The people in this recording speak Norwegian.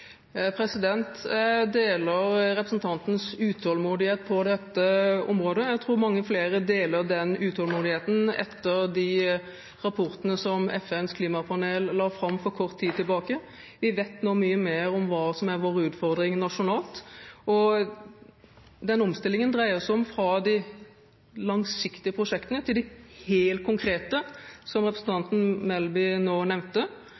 Jeg deler representantens utålmodighet på dette området. Jeg tror mange flere deler den utålmodigheten etter de rapportene som FNs klimapanel la fram for kort tid tilbake. Vi vet nå mye mer om hva som er våre utfordringer nasjonalt, og den omstillingen dreier seg om alt fra de langsiktige prosjektene til de helt konkrete som representanten Melby nå nevnte.